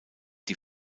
die